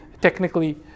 technically